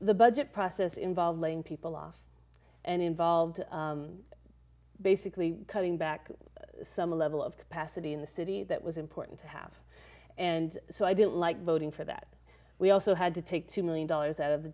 the budget process involved laying people off and involved basically cutting back some level of capacity in the city that was important to have and so i didn't like voting for that we also had to take two million dollars out of the